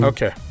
Okay